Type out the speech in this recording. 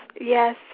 Yes